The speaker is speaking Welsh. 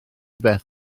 beth